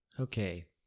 Okay